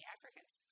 Africans